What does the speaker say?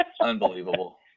Unbelievable